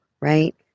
right